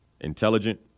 intelligent